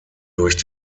durch